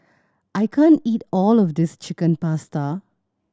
I can't eat all of this Chicken Pasta